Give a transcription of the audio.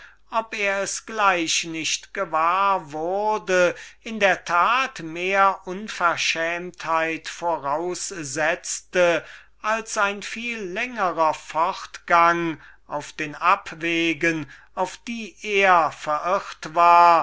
ob er es gleich nicht gewahr wurde in der tat mehr unverschämtheit voraussetzte als selbst ein langwieriger fortgang auf den abwegen auf die er verirrt war